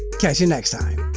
catch ya next time.